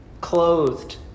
clothed